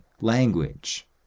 language